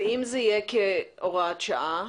ואם זה יהיה כהוראת שעה?